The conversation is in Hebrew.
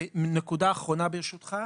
ונקודה אחרונה ברשותך.